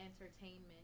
entertainment